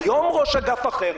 היום ראש אגף אחר.